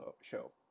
show